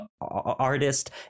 artist